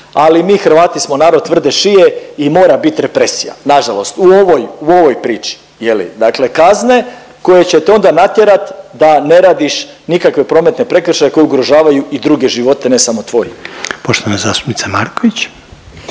ali mi Hrvati smo narod tvrde šije i mora bit represija, nažalost u ovoj, u ovoj priči je li. Dakle kazne koje će te onda natjerat da ne radiš nikakve prometne prekršaje koji ugrožavaju i druge živote, ne samo tvoj. **Reiner, Željko